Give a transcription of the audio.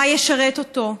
מה ישרת אותו,